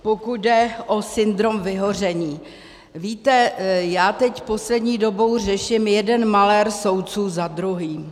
Pokud jde o syndrom vyhoření, víte, já teď poslední dobou řeším jeden malér soudců za druhým.